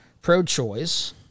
pro-choice